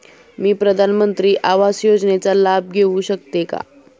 मी प्रधानमंत्री आवास योजनेचा लाभ घेऊ शकते का?